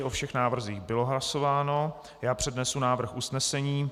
O všech návrzích bylo hlasováno, přednesu návrh usnesení.